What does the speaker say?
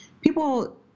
people